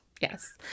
Yes